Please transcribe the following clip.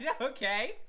okay